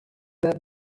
that